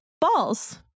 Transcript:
balls